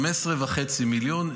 15.5 מיליון.